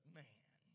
man